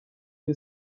این